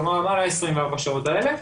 כלומר למעלה מ-24 השעות האלה.